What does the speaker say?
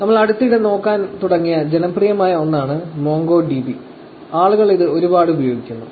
നമ്മൾ അടുത്തിടെ നോക്കാൻ തുടങ്ങിയ ജനപ്രിയമായ ഒന്നാണ് മോംഗോഡിബി ആളുകൾ ഇത് ഒരുപാടു ഉപയോഗിക്കുന്നു